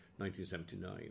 1979